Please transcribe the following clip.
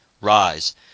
rise